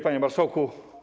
Panie Marszałku!